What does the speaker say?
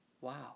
Wow